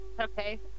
okay